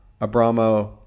Abramo